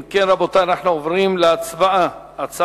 אם כן, רבותי, אנחנו עוברים להצבעה בקריאה ראשונה.